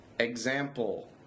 Example